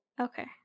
Okay